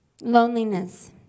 Loneliness